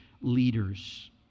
leaders